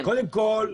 קודם כל,